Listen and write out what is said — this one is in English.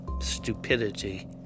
stupidity